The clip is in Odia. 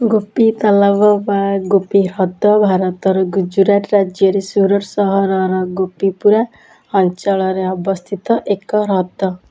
ଗୋପି ତାଲାବ ବା ଗୋପି ହ୍ରଦ ଭାରତର ଗୁଜରାଟ ରାଜ୍ୟର ସୁରଟ ସହରର ଗୋପିପୁରା ଅଞ୍ଚଳରେ ଅବସ୍ଥିତ ଏକ ହ୍ରଦ